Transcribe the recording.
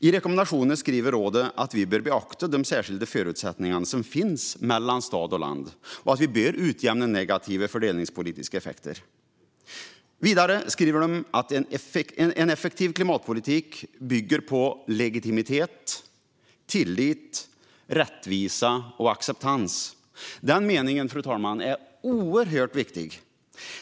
I rekommendationerna skriver rådet att vi bör beakta de skilda förutsättningarna mellan stad och land och att vi bör utjämna negativa fördelningspolitiska effekter. Vidare skriver rådet att en effektiv klimatpolitik bygger på legitimitet, tillit, rättvisa och acceptans. Den meningen är oerhört viktig.